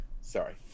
sorry